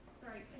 Sorry